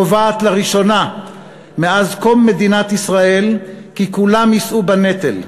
קובעת לראשונה מאז קום מדינת ישראל כי כולם יישאו בנטל.